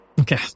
Okay